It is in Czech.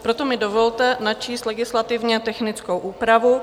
Proto mi dovolte načíst legislativně technickou úpravu.